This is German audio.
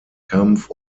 kampf